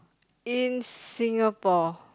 in Singapore